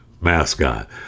mascot